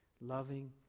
Loving